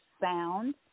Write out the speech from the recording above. Sound